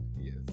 yes